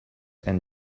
and